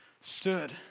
stood